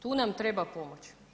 Tu nam treba pomoć.